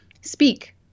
speak